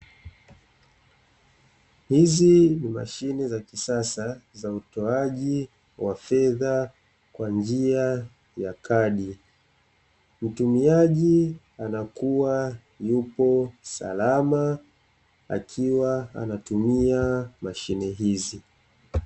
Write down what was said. Hizi ni mashine za kisasa za utoaji wa fedha kwa njia ya kadi. Mtumiaji anakuwa yupo salama akiwa anatumia mashine hizi.